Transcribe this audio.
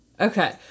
Okay